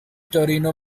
torino